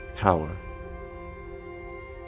power